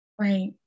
Right